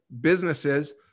businesses